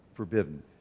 forbidden